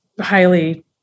highly